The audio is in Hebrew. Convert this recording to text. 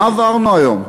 מה עברנו היום?